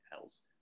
else